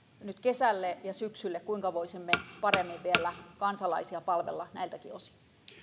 nyt kesälle ja syksylle kuinka voisimme paremmin vielä kansalaisia palvella näiltäkin osin